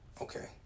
Okay